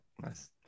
Nice